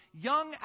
young